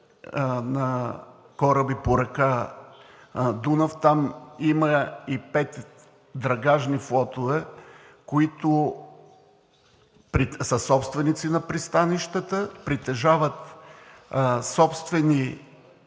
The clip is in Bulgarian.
на кораби по река Дунав. Там има и пет драгажни флотове, които са собственици на пристанищата, притежават собствени